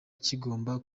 kigomba